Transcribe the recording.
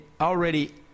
already